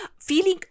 feeling